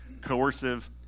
coercive